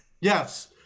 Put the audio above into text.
Yes